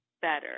better